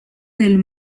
del